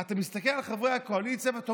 באופוזיציה אתה מסתכל על חברי הקואליציה ואתה